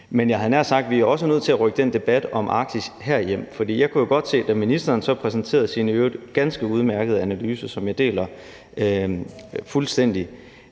Men jeg havde nær sagt, at vi også er nødt til at rykke den debat om Arktis her hjem. For jeg kunne jo godt se, at da ministeren så præsenterede sin i øvrigt ganske udmærkede analyse, som jeg fuldstændig